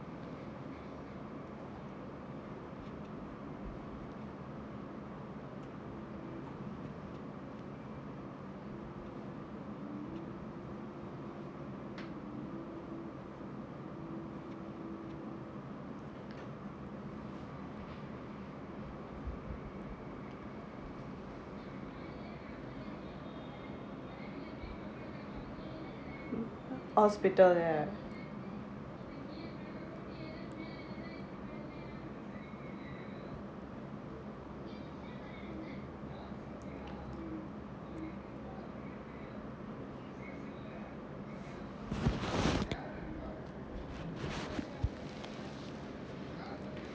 hospital ya